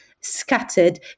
scattered